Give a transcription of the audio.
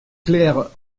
claire